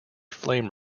flame